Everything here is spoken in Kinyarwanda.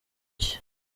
bye